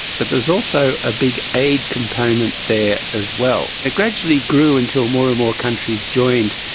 but there's also a big aid component there as well. it gradually grew until more and more countries joined,